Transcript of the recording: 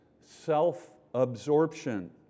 self-absorption